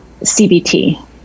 CBT